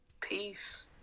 Peace